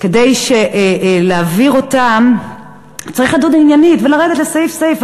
כדי להעביר אותם צריך לדון בהם עניינית ולרדת לסעיף-סעיף,